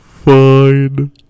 Fine